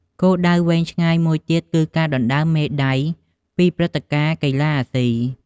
គោលដៅវែងឆ្ងាយមួយទៀតគឺការដណ្ដើមមេដាយពីព្រឹត្តិការណ៍កីឡាអាស៊ី។